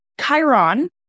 Chiron